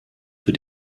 für